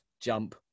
Jump